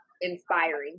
inspiring